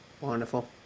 wonderful